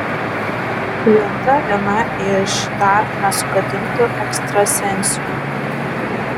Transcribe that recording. linda viena iš dar nesugadintų ekstrasensių